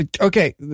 Okay